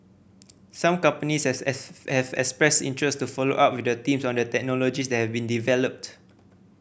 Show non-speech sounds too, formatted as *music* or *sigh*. some companies has *unintelligible* have expressed interest to follow up with the teams on the technologies that have been developed